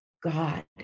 God